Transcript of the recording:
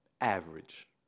average